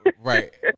right